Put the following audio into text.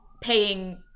paying